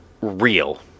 real